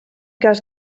cas